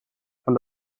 von